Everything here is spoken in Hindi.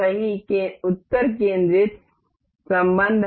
सही उत्तर संकेंद्रित संबंध है